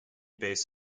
base